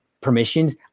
permissions